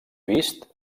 vist